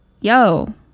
yo